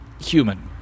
human